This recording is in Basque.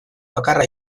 bakarra